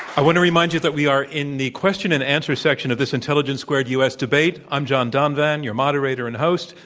i want to remind you that we are in the question and answer section of this intelligence squared u. s. debate. i'm john donvan, your moderator and host.